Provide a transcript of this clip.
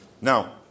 Now